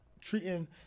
treating